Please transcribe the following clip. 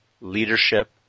leadership